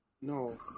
No